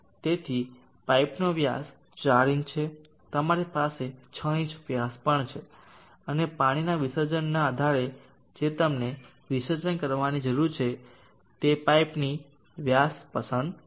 તેથી પાઇપનો વ્યાસ 4 ઇંચ છે તમારી પાસે 6 ઇંચ વ્યાસ પણ છે અને પાણીના વિસર્જનના આધારે જે તમને વિસર્જન કરવાની જરૂર છે તે પાઇપની વ્યાસ પસંદ કરશે